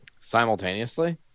Simultaneously